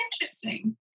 interesting